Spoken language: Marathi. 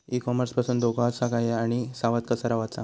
ई कॉमर्स पासून धोको आसा काय आणि सावध कसा रवाचा?